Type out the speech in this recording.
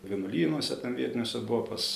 vienuolynuose ten vietiniuose buvo pas